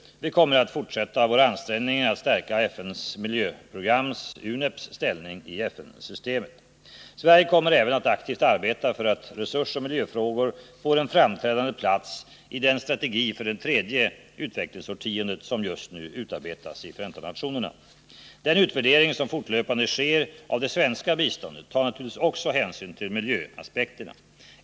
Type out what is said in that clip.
Vi kommer att fortsätta våra ansträngningar att stärka FN:s miljöprograms, UNEP:s, ställning i FN systemet. Sverige kommer även att aktivt arbeta för att resursoch miljöfrågor får en framträdande plats i den strategi för det tredje utvecklingsårtiondet som just nu utarbetas i FN. Den utvärdering som fortlöpande sker av det svenska biståndet tar naturligtvis också hänsyn till miljöaspekterna.